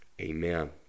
amen